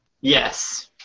Yes